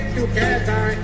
together